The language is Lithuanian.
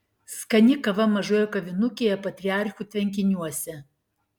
skani kava mažoje kavinukėje patriarchų tvenkiniuose